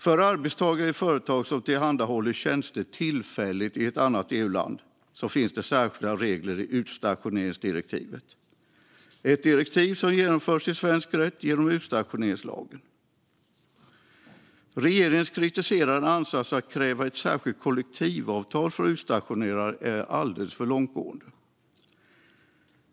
För arbetstagare i företag som tillhandahåller tjänster tillfälligt i ett annat EU-land finns det särskilda regler i utstationeringsdirektivet, ett direktiv som genomförts i svensk rätt genom utstationeringslagen. Regeringens kritiserade ansats att kräva ett särskilt kollektivavtal för utstationerade är alldeles för långtgående.